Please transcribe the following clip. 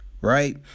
right